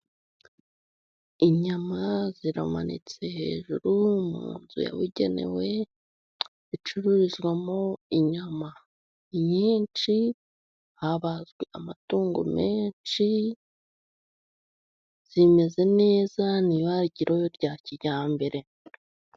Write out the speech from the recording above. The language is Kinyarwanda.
Inyama ziramanitse hejuru mu nzu yabugenewe, icururizwamo inyama. Ni nyinshi, habazwe amatungo menshi, zimeze neza ni ibaragiro rya kijyambere.